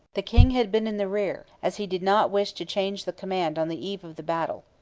the king had been in the rear, as he did not wish to change the command on the eve of the battle.